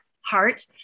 heart